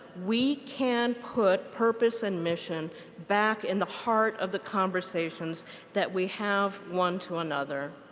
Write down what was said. we can put purpose and mission back in the heart of the conversations that we have one to another.